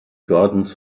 gardens